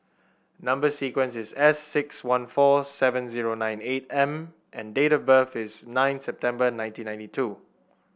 number sequence is S six one four seven zero nine eight M and date of birth is nine September nineteen ninety two